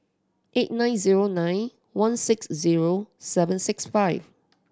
eight nine zero nine one six zero seven six five